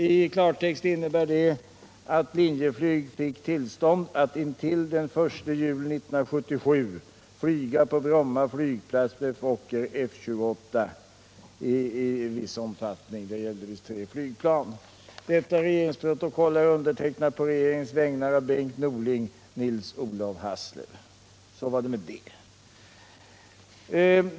I klartext innebär det att Linjeflyg fick tillstånd att intill den 1 juli 1977 flyga på Bromma flygplats med Fokker F-28 i viss omfattning. Det gällde visst tre flygplan. Detta regeringsprotokoll är undertecknat på regeringens vägnar av Bengt Norling och Nils-Olov Hasslev. Så var det med det.